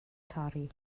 torri